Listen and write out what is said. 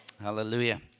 Hallelujah